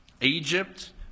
Egypt